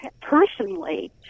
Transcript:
personally